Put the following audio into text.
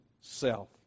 self